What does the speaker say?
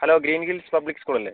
hello green hills public school അല്ലേ